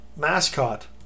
mascot